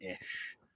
ish